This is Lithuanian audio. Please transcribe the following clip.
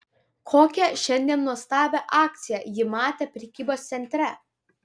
kokią šiandien nuostabią akciją ji matė prekybos centre